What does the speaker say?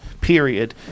Period